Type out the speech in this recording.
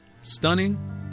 Stunning